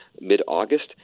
mid-August